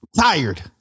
Tired